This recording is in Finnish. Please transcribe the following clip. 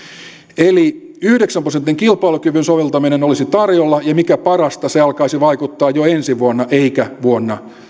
eli yhdeksän prosentin kilpailukyvyn soveltaminen olisi tarjolla ja mikä parasta se alkaisi vaikuttaa jo ensi vuonna eikä vuonna